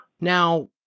Now